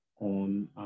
on